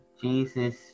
Jesus